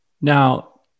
Now